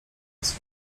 masy